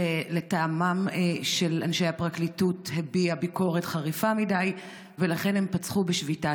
שלטעמם של אנשי הפרקליטות הביעה ביקורת חריפה מדי ולכן הם פתחו בשביתה.